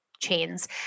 chains